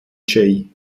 jay